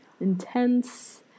intense